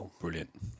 brilliant